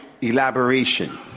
elaboration